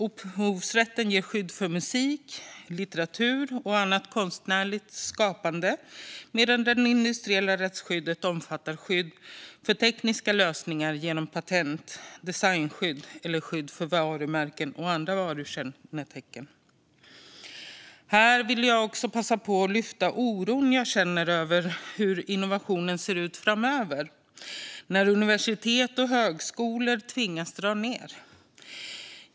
Upphovsrätten ger skydd för musik, litteratur och annat konstnärligt skapande medan det industriella rättsskyddet omfattar skydd för tekniska lösningar genom patent, designskydd eller skydd för varumärken och andra varukännetecken. Jag vill passa på att lyfta fram den oro jag känner för hur innovationerna kommer att se ut framöver, när universitet och högskolor tvingas dra ned.